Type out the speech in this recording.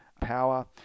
power